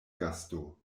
gasto